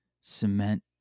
cement